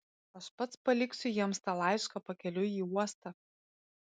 aš pats paliksiu jiems tą laišką pakeliui į uostą